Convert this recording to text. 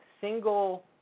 single